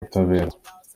butabera